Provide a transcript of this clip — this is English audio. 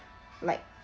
like